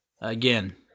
Again